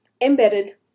embedded